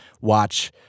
watch